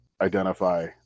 identify